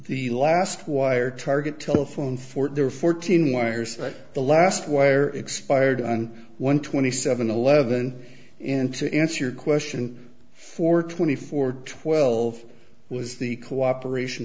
the last wire target telephone for their fourteen wires the last wire expired on one twenty seven eleven and to answer your question for twenty four twelve was the cooperation